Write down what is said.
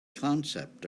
concept